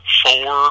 four